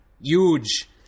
Huge